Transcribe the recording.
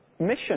mission